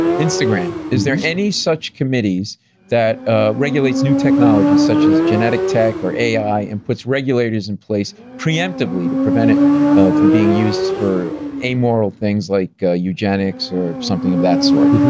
instagram, is there any such committees that regulates new technology such as genetic tech, or ai, and puts regulators in place pre-emptively, to prevent it from being used for amoral things like eugenics or something of that sort?